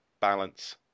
balance